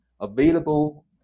available